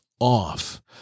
off